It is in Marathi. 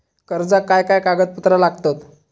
कर्जाक काय काय कागदपत्रा लागतत?